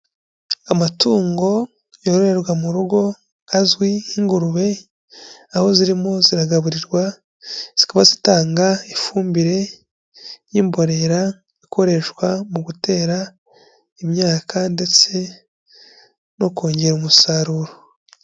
Amatungo yororerwa mu rugo azwi nk'ingurube, aho zirimo ziragaburirwa, zikaba zitanga ifumbire y'imborera ikoreshwa mu gutera imyaka ndetse no kongera umusaruro.